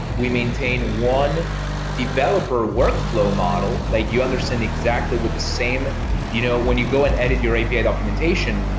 we maintain one developer workflow model. like you understand exactly with the same you know when you go and edit your api documentation,